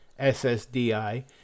SSDI